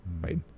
right